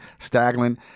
Staglin